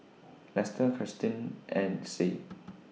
Lester Kirsten and Sie